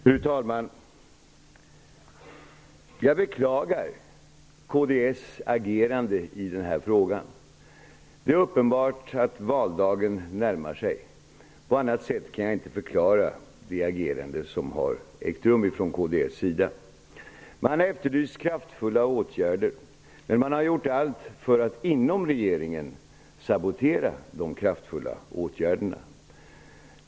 Fru talman! Jag beklagar kds agerande i denna fråga. Det är uppenbart att valdagen närmar sig. På annat sätt kan jag inte förklara detta agerande. Man har efterlyst kraftfulla åtgärder, men man har gjort allt för att inom regeringen sabotera dessa åtgärder.